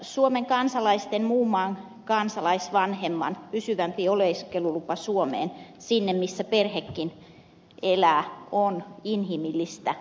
suomen kansalaisen vanhemman joka on muun maan kansalainen pysyvämpi oleskelulupa suomeen sinne missä perhekin elää on inhimillistä